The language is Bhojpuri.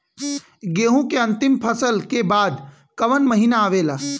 गेहूँ के अंतिम फसल के बाद कवन महीना आवेला?